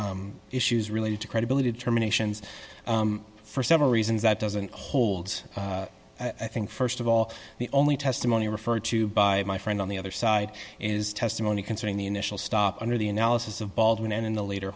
issues related to credibility determinations for several reasons that doesn't hold i think st of all the only testimony referred to by my friend on the other side is testimony concerning the initial stop under the analysis of baldwin and in the later